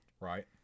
Right